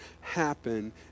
happen